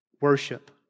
worship